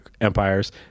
empires